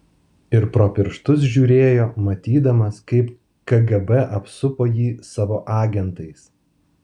ir pro pirštus žiūrėjo matydamas kaip kgb apsupo jį savo agentais